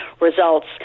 results